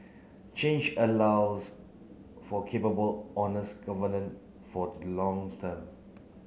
change allows for capable honest for the long term